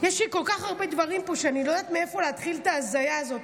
יש לי כל כך הרבה דברים פה שאני לא יודעת מאיפה להתחיל את ההזיה הזו.